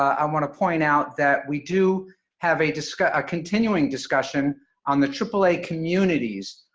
i want to point out that we do have a dis a continuing discussion on the aaa communities.